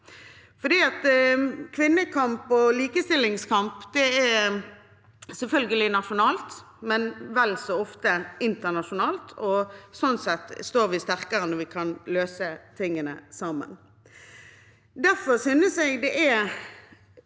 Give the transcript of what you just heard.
Kvinnekamp og likestillingskamp er selvfølgelig viktig nasjonalt, men vel så ofte internasjonalt, og sånn sett står vi sterkere når vi kan løse tingene sammen. Derfor synes jeg det er